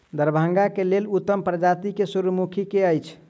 दरभंगा केँ लेल उत्तम प्रजाति केँ सूर्यमुखी केँ अछि?